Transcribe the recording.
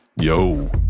Yo